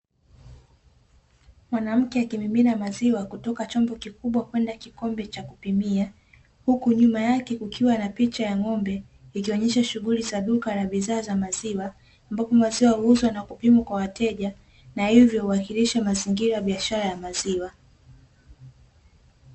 mwanamke akimimina maziwa kutoka chombo kikubwa kwenda kikombe cha kupimia, huku nyuma yake kukiwa na picha ya ng’ombe ikionyesha shughuli za duka na bidhaa ya maziwa, ambapo maziwa huuzwa na kupimwa kwa wateja na hivyo huwakilisha mazingira ya biashara ya maziwa.